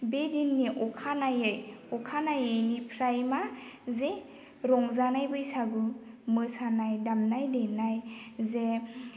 बे दिननि अखानायै अखानायैनिफ्राय मा जे रंजानाय बैसागु मोसानाय दामनाय देनाय जे